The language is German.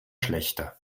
schlechter